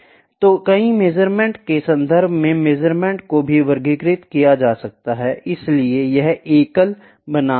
तो कई मेज़रमेंट के संदर्भ में मेजरमेंट को भी वर्गीकृत किया जा सकता है इसलिए यह एकल बनाम एकाधिक है